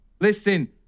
Listen